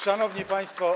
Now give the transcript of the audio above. Szanowni Państwo!